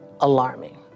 alarming